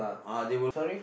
ah they will